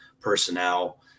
personnel